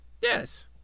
Yes